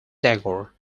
tagore